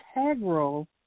integral